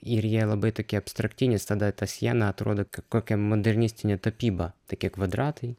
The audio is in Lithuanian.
ir jie labai tokie abstrakti nes tada ta siena atrodo kaip kokia modernistinė tapyba tokie kvadratai